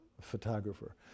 photographer